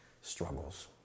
struggles